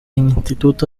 instituto